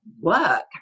work